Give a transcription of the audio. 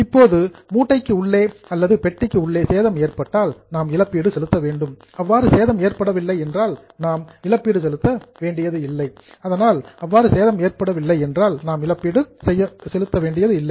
இப்போது பேக்கேஜ் மூட்டைக்கு உள்ளே அல்லது பெட்டிக்கு உள்ளே சேதம் ஏற்பட்டால் நாம் இழப்பீடு செலுத்த வேண்டும் அவ்வாறு சேதம் ஏற்படவில்லை என்றால் நாம் காம்பென்சேஷன் இழப்பீடு செலுத்த வேண்டியதில்லை